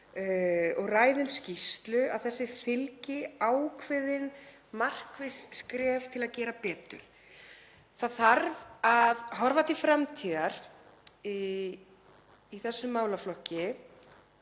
og ræðum skýrslu, að þessu fylgi ákveðin og markviss skref til að gera betur. Það þarf að horfa til framtíðar í þessum málaflokki.